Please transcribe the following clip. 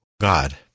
God